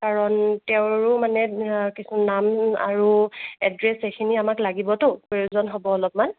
কাৰণ তেওঁৰো মানে নাম আৰু এড্ৰেচ সেইখিনি আমাক লাগিবতো প্ৰয়োজন হ'ব অলপমান